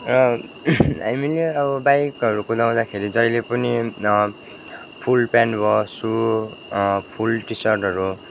र हामीले अब बाइकहरू कुदाउँदाखेरि जहिले पनि फुल पेन्ट भयो सु फुल टी सर्टहरू